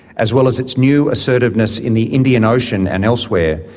as well as its new assertiveness in the indian ocean and elsewhere,